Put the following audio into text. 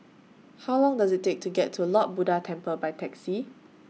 How Long Does IT Take to get to Lord Buddha Temple By Taxi